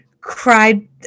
cried